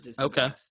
Okay